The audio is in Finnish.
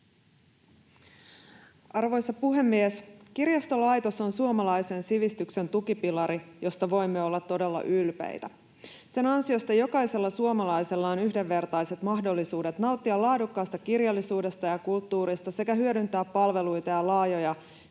Arvoisa puhemies! Kirjastolaitos on suomalaisen sivistyksen tukipilari, josta voimme olla todella ylpeitä. Sen ansiosta jokaisella suomalaisella on yhdenvertaiset mahdollisuudet nauttia laadukkaasta kirjallisuudesta ja kulttuurista sekä hyödyntää palveluita ja laajoja